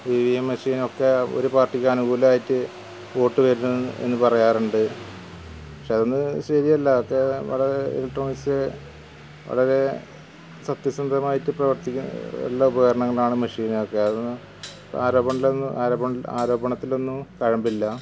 ഈ V M ബഷീറിനെ ഒക്കെ ഒരു പാര്ട്ടിക്ക് അനുകൂലമായിട്ട് വോട്ടു തരുന്നതെന്ന് പറയാറുണ്ട് പക്ഷേ അതൊന്നും ശരിയല്ലാത്ത വളരെ ഇലക്ട്രോണിക്സ് വളരെ സത്യസന്ധമായിട്ട് പ്രവര്ത്തിക്കുന്ന എല്ലാ ഉപകരണങ്ങളാണ് മെഷീനുകളൊക്കെ അതൊന്നും ആരെപണ ആരെ ആരോപണത്തിലൊന്നും തഴമ്പില്ല